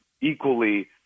equally